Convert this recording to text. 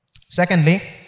Secondly